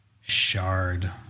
shard